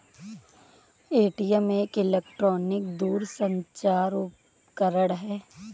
ATM एक electronic दूरसंचार उपकरण है